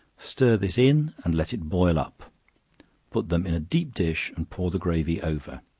stir this in and let it boil up put them in a deep dish and pour the gravy over.